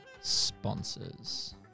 Sponsors